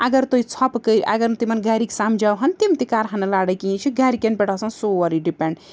اگر تُہۍ ژھۄپہٕ اگر نہٕ تِمَن گَرِکۍ سَمجھاوہَن تِم تہِ کَرہَن نہٕ لَڑاے کِہیٖنۍ یہِ چھِ گَرکٮ۪ن پٮ۪ٹھ آسان سورٕے ڈِپٮ۪نٛڈ